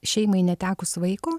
šeimai netekus vaiko